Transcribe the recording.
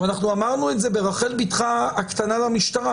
אנחנו אמרנו את זה ברחל בתך הקטנה למשטרה